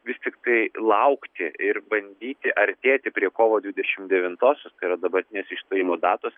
vis tiktai laukti ir bandyti artėti prie kovo dvidešim devintosios tai yra dabartinės išstojimo datos